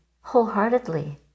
wholeheartedly